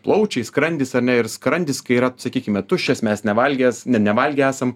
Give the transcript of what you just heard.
plaučiai skrandis ar ne ir skrandis kai yra sakykime tuščias mes nevalgęs ne nevalgę esam